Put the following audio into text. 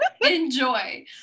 Enjoy